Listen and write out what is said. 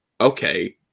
okay